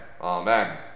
Amen